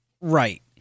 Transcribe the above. Right